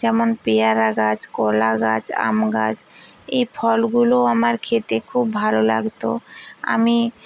যেমন পেয়ারা গাছ কলা গাছ আম গাছ এ ফলগুলো আমার খেতে খুব ভালো লাগত আমি